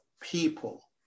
people